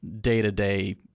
day-to-day